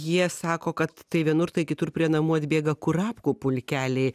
jie sako kad tai vienur tai kitur prie namų atbėga kurapkų pulkeliai